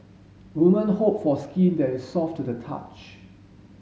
woman hope for skin that is soft to the touch